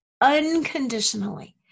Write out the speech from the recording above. unconditionally